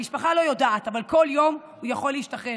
המשפחה לא יודעת, כל יום הוא יכול להשתחרר.